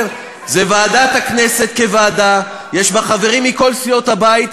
אל תבקש משמעת קואליציונית.